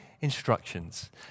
instructions